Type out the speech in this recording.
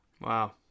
Wow